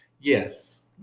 Yes